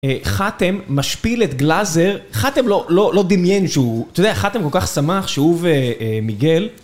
חאתם משפיל את גלזר. חאתם לא לא דמיין שהוא... אתה יודע, חאתם כל כך שמח שהוא ומיגל.